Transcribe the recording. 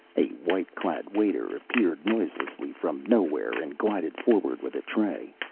a white-clad waiter appeared noiselessly from nowhere and glided forward with a tray.